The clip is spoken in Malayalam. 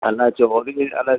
അല്ല ചോതിക്ക് അല്ല